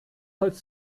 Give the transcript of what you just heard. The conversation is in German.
holz